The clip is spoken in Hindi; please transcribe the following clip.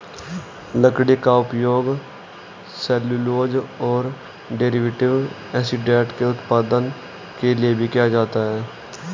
लकड़ी का उपयोग सेल्यूलोज और डेरिवेटिव एसीटेट के उत्पादन के लिए भी किया जाता है